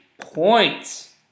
points